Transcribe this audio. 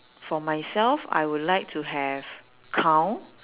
for myself I would like to have cow